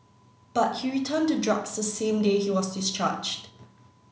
but he returned to drugs the same day he was discharged